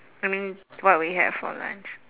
I mean what we had for lunch